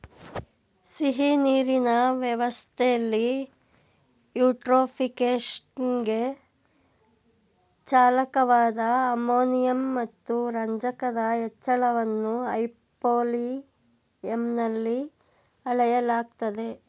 ಸಿಹಿನೀರಿನ ವ್ಯವಸ್ಥೆಲಿ ಯೂಟ್ರೋಫಿಕೇಶನ್ಗೆ ಚಾಲಕವಾದ ಅಮೋನಿಯಂ ಮತ್ತು ರಂಜಕದ ಹೆಚ್ಚಳವನ್ನು ಹೈಪೋಲಿಯಂನಲ್ಲಿ ಅಳೆಯಲಾಗ್ತದೆ